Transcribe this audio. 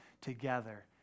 together